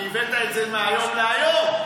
כי הבאת את זה מהיום להיום,